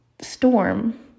storm